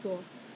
chinese new year